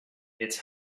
its